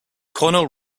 cornell